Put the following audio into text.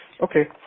Okay